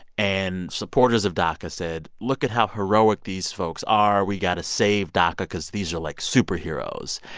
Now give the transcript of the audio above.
and supporters of daca said, look at how heroic these folks are. we got to save daca because these are, like, superheroes.